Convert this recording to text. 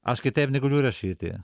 aš kitaip negaliu rašyti